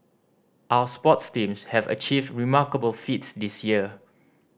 our sports teams have achieved remarkable feats this year